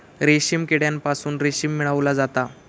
रेशीम किड्यांपासून रेशीम मिळवला जाता